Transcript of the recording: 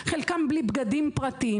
חלקם בלי בגדים פרטיים,